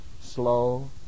slow